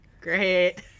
Great